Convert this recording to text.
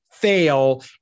fail